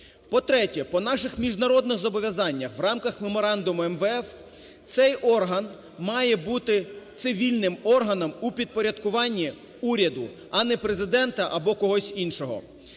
По-третє, по наших міжнародних зобов'язаннях в рамках меморандуму МВФ цей орган має бути цивільним органом у підпорядкуванні уряду, а не Президента або когось іншого.